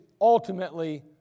ultimately